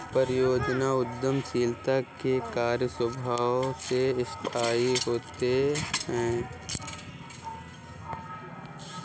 परियोजना उद्यमशीलता के कार्य स्वभाव से अस्थायी होते हैं